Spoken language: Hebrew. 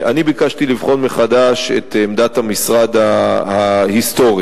ביקשתי לבחון מחדש את עמדת המשרד ההיסטורית.